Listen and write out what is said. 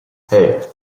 hey